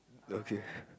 okay